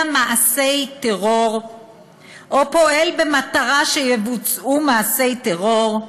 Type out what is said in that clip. מעשי טרור או פועל במטרה שיבוצעו מעשי טרור,